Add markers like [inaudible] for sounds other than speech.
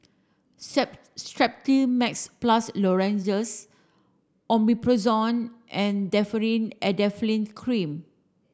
[unintelligible] Strepsils Max Plus Lozenges Omeprazole and Differin Adapalene Cream